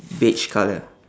beige colour